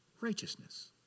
Righteousness